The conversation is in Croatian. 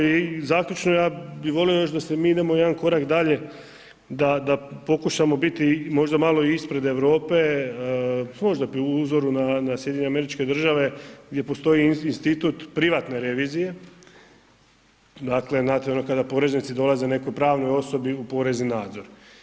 I zaključno ja bi volio još da se mi idemo jedan korak dalje da pokušamo biti možda malo i ispred Europe, možda po uzoru na SAD gdje postoji institut privatne revizije, dakle, znate ono kada poreznici dolaze nekoj pravnoj osobi u porezni nadzor.